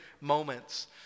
moments